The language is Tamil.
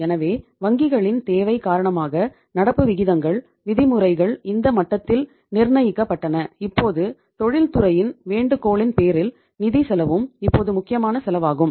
எனவே வங்கிகளின் தேவை காரணமாக நடப்பு விகிதங்கள் விதிமுறைகள் இந்த மட்டத்தில் நிர்ணயிக்கப்பட்டன இப்போது தொழில்துறையின் வேண்டுகோளின் பேரில் நிதிச் செலவும் இப்போது முக்கியமான செலவாகும்